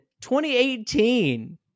2018